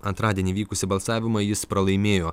antradienį vykusį balsavimą jis pralaimėjo